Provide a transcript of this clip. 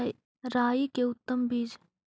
राई के उतम बिज?